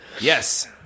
Yes